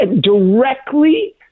directly